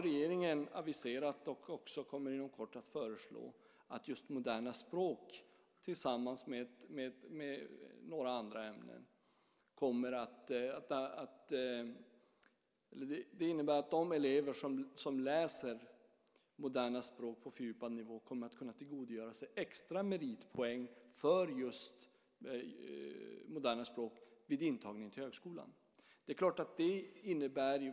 Regeringen har aviserat och kommer inom kort också att föreslå att de elever som läser moderna språk - eller vissa andra ämnen - på fördjupad nivå kommer att kunna tillgodoräkna sig extra meritpoäng vid intagningen till högskolan.